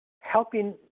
helping